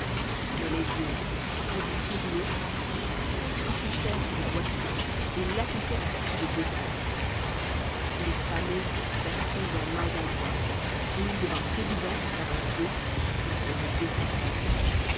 mais les autres rendus furieux se précipitèrent sur la voiture et l'attaquèrent à coups de défenses les panneaux furent percés en maints endroits et il devint évident qu'avant peu ils seraient défoncés